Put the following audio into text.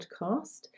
podcast